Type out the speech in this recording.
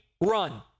run